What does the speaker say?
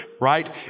right